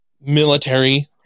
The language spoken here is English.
military